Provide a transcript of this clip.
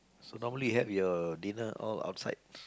so normally have your dinner all outside